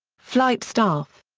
flight staff.